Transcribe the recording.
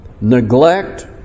neglect